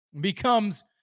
becomes